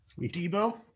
Debo